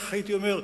איך הייתי אומר?